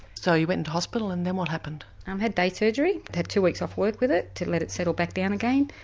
so you went into hospital and then what happened? i had day surgery, i had two weeks off work with it to let it settle back down again,